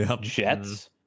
jets